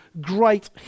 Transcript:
great